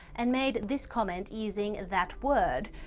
and made this comment, using that word.